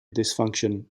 dysfunction